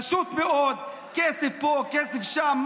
פשוט מאוד, כסף פה וכסף שם.